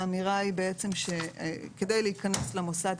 האמירה היא שכדי להיכנס למוסד,